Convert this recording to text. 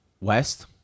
west